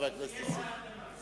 חבר הכנסת נסים זאב.